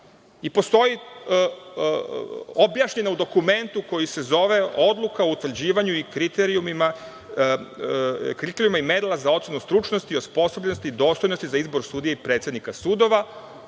i postoji objašnjeno u dokumentu koji se zove Odluka o utvrđivanju i kriterijumi i merila za ocenu stručnosti, osposobljenosti i dostojnosti za izbor sudija i predsednika sudova,